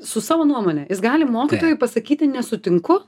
su savo nuomone jis gali mokytojui pasakyti nesutinku